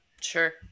Sure